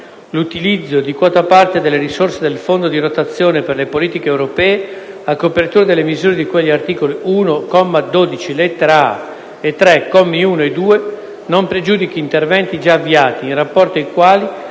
l’utilizzo di quota parte delle risorse del Fondo di rotazione per le politiche europee a copertura delle misure di cui agli articoli 1, comma 12, lettera a), e 3, commi 1 e 2, non pregiudichi interventi giaavviati, in rapporto ai quali